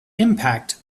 impact